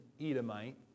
Edomite